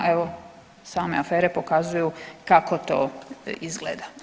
Evo same afere pokazuju kako to izgleda.